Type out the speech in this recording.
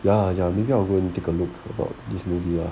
ya ya maybe I'll go and take a look about this movie lah